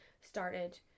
started